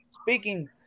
Speaking